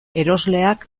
erosleak